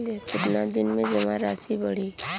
कितना दिन में जमा राशि बढ़ी?